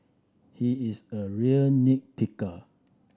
he is a real nit picker